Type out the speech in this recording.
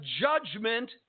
judgment